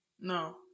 No